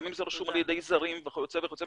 גם אם זה רשום על שם זרים וכיוצא בזה.